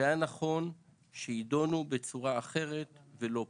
שהיה נכון שיידונו בצורה אחרת ולא פה.